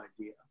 idea